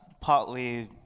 partly